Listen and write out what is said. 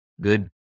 good